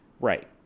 right